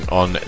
on